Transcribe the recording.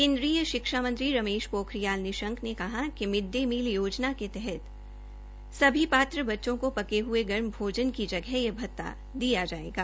केन्द्रीय शिक्षा मंत्री रमेश पोखरियाल निशंक ने कहा है कि मिड डे मील योजना के तहत सभी पात्र बच्चों को पके हुए गर्म भोजन की जगह यह भत्ता दिया जायेगा